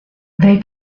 they